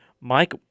Mike